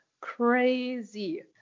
crazy